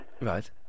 Right